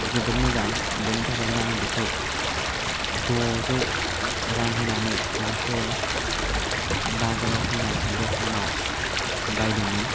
जोबोद मोजां बेनि थाखायनो आं बिखौ द'जौ रां होनानै गंसे बाजाराव फैनाय द'खानाव बायदोंमोन